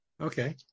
Okay